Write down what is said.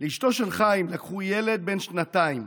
לאשתו של חיים לקחו ילד בן שנתיים.